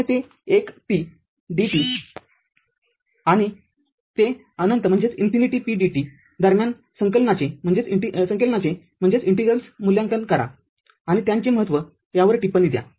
० ते १ p dt आणि १ ते अनंत p dt दरम्यान संकलनाचे मूल्यांकन करा आणि त्यांचे महत्त्व यावर टिप्पणी द्या